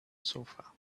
sofa